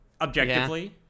objectively